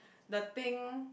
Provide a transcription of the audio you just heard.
the thing